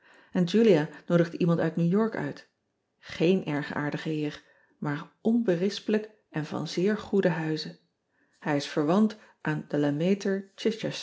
n ulia noodigde iemand uit ew ork uit géén erg aardige heer maar onberispelijk en van zeer goeden huize ij is verwant aan